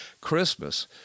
Christmas –